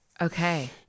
Okay